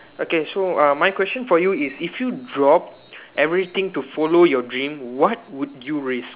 okay so err my question for you is if you drop everything to follow your dream what would you risk